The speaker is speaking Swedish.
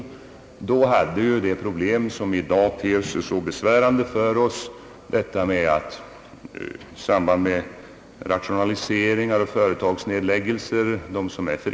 Då förelåg redan delar av det problem som i dag ter sig så besvärande, nämligen att det visar sig svårt att få en ny anställning i samband med rationaliseringar och företagsnedläggningar och = friställningar.